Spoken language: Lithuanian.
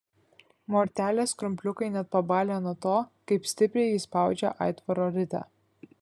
mortelės krumpliukai net pabalę nuo to kaip stipriai ji spaudžia aitvaro ritę